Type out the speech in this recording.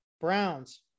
Browns